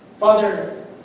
Father